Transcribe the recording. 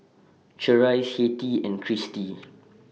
Charisse Hettie and Kristi